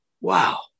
wow